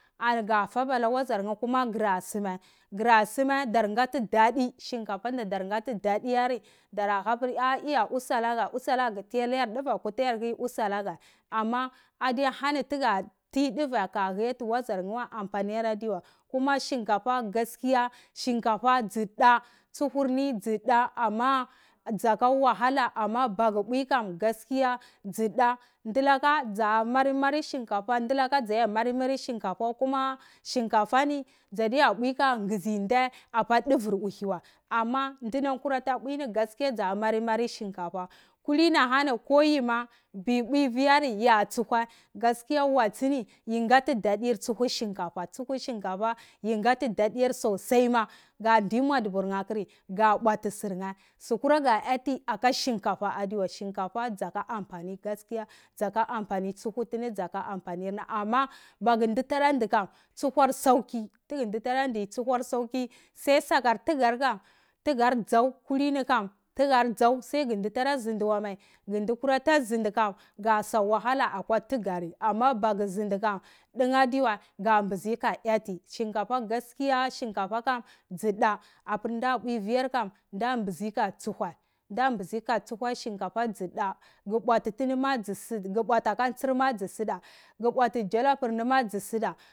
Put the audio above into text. Ani kafaba na wazirkye kuma krasime kura sime ani badarkati dadi mador kadi datiyari dara habor ar iya utse laka utse laka ku tailayar dua katayar hi utselaka amma adehani tuka ti dva ka hiyahi wazarkyiwa ampaniyaraduwa kuma shinkafa kaskoya shinkafa tzu ta tzuhumo tzu ta amma saka wahala, amma baku mbuyikam tsuda duloka sa mari mari shinkafa kuma doleka sate marimaw shinkawa, amma kuma shikafa ni tzatada uwa kisita ba dva uhiwa wa, amma sunam kurati uweni tzir sa mari mari shinkafani kulini hani inni ko yima biuwafi ani ya tsuhuye kaskiya watsini yi kati dadi tsuhuye shinkafa, hzuhu shinkafa yi kati dadiyar tsutsaima ka tai muadubuye koi ka buati tzirkye zikuara ka ati aka shinkafa aduaye kuma saka anfani tsu a kuma saka anfeni tusaka annfani amma maku du dradukum puar zauki ku dva di tsuhuyar sauki sau saka tukrza tukar tzaw ini kam tzau sai ku dara sowiwa mai dukura adi sinikam ka sawahala tukmri kusiwikam ka sa wahala akov tukuri maku sinikam dukya adiwa kapisi ka adi amna kaskiya amma kam tsuda abor da uwa fiyar kam da bigi ka tjuhaye da biji ka tzuhawa shrukafari da buchitimane su da ku buetini ka tsir su suda ku buahi jalopme tsusuda.